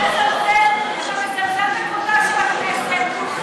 אתה מזלזל בכבודה של הכנסת.